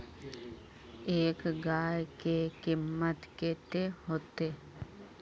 एक गाय के कीमत कते होते?